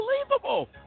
unbelievable